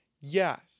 Yes